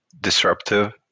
disruptive